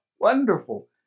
Wonderful